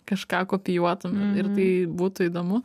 kažką kopijuotum ir tai būtų įdomu